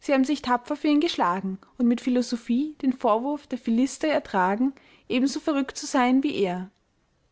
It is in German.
sie haben sich tapfer für ihn geschlagen und mit philosophie den vorwurf der philister ertragen ebenso verrückt zu sein wie er